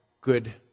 good